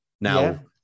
now